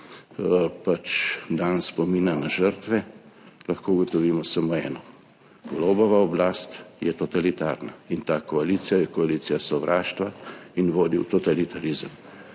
dan spomina na žrtve, lahko ugotovimo samo eno: Golobova oblast je totalitarna in ta koalicija je koalicija sovraštva in vodi v totalitarizem